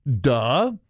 duh